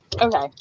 Okay